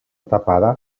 tapada